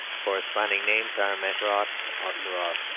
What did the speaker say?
corresponding names are mackrodt, osterroth,